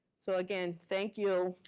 so again, thank you.